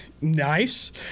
Nice